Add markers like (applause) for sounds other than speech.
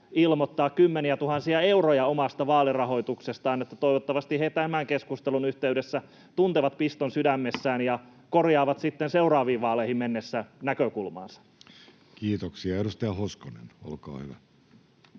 ilmoittaa kymmeniätuhansia euroja omasta vaalirahoituksestaan. Toivottavasti he tämän keskustelun yhteydessä tuntevat piston sydämessään (noise) ja korjaavat sitten seuraaviin vaaleihin mennessä näkökulmaansa. Kiitoksia. — Edustaja Hoskonen, olkaa hyvä.